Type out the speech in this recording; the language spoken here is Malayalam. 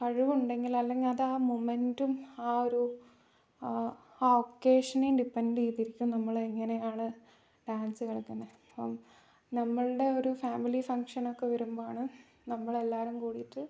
കഴിവുണ്ടെങ്കിൽ അല്ലെങ്കിൽ അത് ആ മെമെൻ്റും ആ ഒരു ആ ഒക്കേഷനും ഡിപെൻഡ് ചെയ്തിരിക്കും നമ്മൾ എങ്ങനെയാണ് ഡാൻസ് കളിക്കുന്നത് നമ്മളുടെ ഒരു ഫാമിലി ഫങ്ക്ഷനൊക്കെ വരുമ്പോൾ ആണ് നമ്മൾ എല്ലാവരും കൂടിയിട്ട്